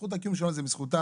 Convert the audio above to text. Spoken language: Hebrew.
זכות הקיום שלנו זה בזכותם,